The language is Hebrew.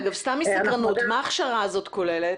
אגב, סתם מסקרנות, מה ההכשרה הזאת כוללת?